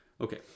Okay